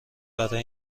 برای